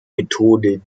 methode